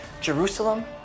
Jerusalem